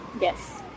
Yes